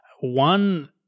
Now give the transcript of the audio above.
one –